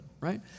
right